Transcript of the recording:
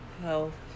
health